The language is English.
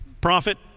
Prophet